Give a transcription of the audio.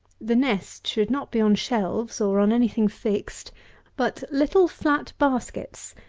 the nest should not be on shelves, or on any-thing fixed but little flat baskets,